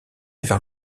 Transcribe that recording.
vers